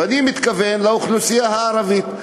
אני מתכוון לאוכלוסייה הערבית.